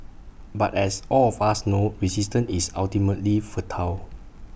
but as all of us know resistance is ultimately futile